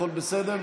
הכול בסדר?